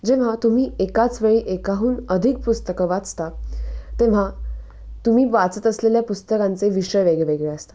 जेव्हा तुम्ही एकाच वेळी एकाहून अधिक पुस्तकं वाचता तेव्हा तुम्ही वाचत असलेल्या पुस्तकांचे विषय वेगळेवेगळे असतात